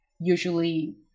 usually